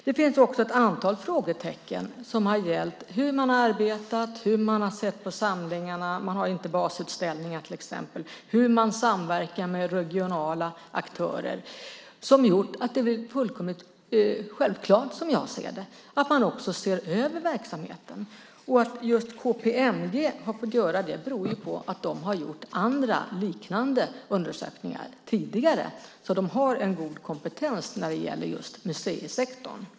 Det finns också ett antal frågetecken som har gällt hur man har arbetat, hur man har sett på samlingarna - man har till exempel inte basutställningar - och hur man samverkar med regionala aktörer som har gjort att det är fullkomligt självklart, som jag ser det, att man också ser över verksamheten. Att just KPMG har fått göra det beror på att de har gjort andra liknande undersökningar tidigare. De har därför en god kompetens när det gäller just museisektorn.